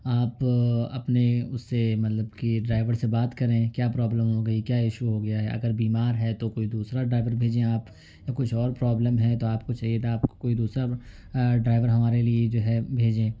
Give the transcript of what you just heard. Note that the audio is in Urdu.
آپ اپنے اس سے مطلب کہ ڈرائیور سے بات کریں کیا پرابلم ہو گئی کیا ایشو ہو گیا ہے اگر بیمار ہے تو کوئی دوسرا ڈرائیور بھیجیں آپ یا کچھ اور پرابلم ہے تو آپ کو چاہیے تھا آپ کو کوئی دوسرا ڈرائیور ہمارے لیے جو ہے بھیجیں